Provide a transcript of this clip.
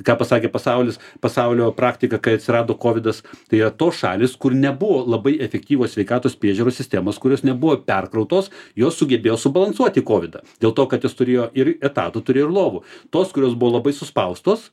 ką pasakė pasaulis pasaulio praktika kai atsirado kovidas tai yra tos šalys kur nebuvo labai efektyvios sveikatos priežiūros sistemos kurios nebuvo perkrautos jos sugebėjo subalansuoti kovidą dėl to kad jos turėjo ir etatų turėjo ir lovų tos kurios buvo labai suspaustos